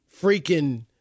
freaking